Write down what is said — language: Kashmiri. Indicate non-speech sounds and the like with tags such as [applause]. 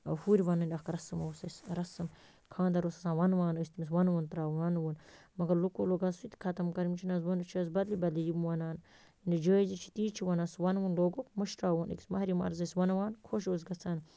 ہُرۍ وَنٕنۍ اَکھ رَسٕم اوس اَسہِ رَسٕم خانٛدر اوس آسان وَنوان ٲسۍ تٔمس وَن وُن تَرٛاو وَن وُن مگر لُکو لوگ آز سُہ تہِ ختم کَرُن یِم چھِنہٕ آز [unintelligible] چھِ أسۍ بدلی بدلی یِم وَنان یہِ نہٕ جٲیِزٕے چھِ تی چھِ وَنان سُہ وَنوُن لوگکھُ مٔشراوُن أکِس مہرٮ۪نۍ مہرازس ٲسۍ وَنوان خۄش اوس گَژھان